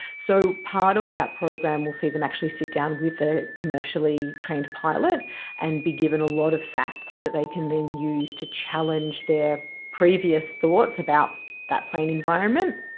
so part of that program will see them actually sit down with a commercially trained pilot and be given a lot of facts that they can then use to challenge their previous thoughts about that plane environment.